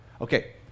okay